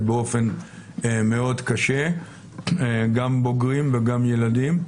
באופן מאוד קשה גם בוגרים וגם ילדים.